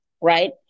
Right